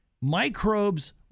Microbes